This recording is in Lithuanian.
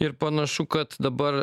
ir panašu kad dabar